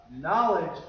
knowledge